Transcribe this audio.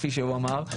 כפי שהוא אמר,